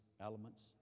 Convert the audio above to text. elements